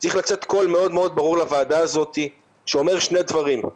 צריך לצאת קול מאוד מאוד ברור מהוועדה הזאת שאומר שני דברים: